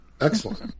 Excellent